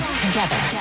together